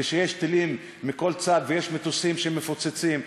כשיש טילים מכל צד ויש מטוסים שמפוצצים,